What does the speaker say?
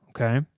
okay